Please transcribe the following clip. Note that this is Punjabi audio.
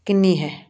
ਕਿੰਨੀ ਹੈ